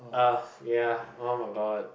ugh ya [oh]-my-god